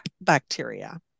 bacteria